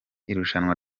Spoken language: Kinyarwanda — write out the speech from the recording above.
irushanwa